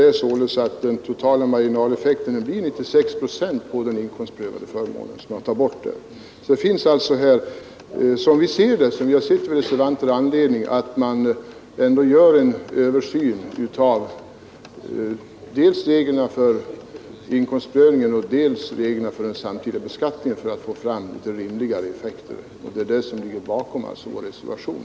Det innebär att den totala marginaleffekten blir 96 procent på de inkomstprövade förmånerna. Det finns, som vi reservanter ser det, anledning att göra en översyn av dels reglerna för inkomstprövningen, dels reglerna för den samtidiga beskattningen för att få fram rimligare effekter. Det är det som ligger bakom vår reservation.